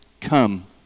Come